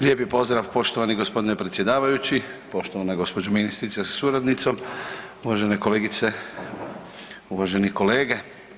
Lijepi pozdrav poštovani gospodine predsjedavajući, poštovana gospođo ministrice sa suradnicom, uvažene kolegice, uvaženi kolege.